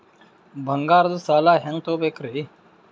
ಬಂಗಾರದ್ ಸಾಲ ಹೆಂಗ್ ತಗೊಬೇಕ್ರಿ?